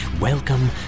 Welcome